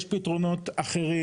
יש פתרונות אחרים,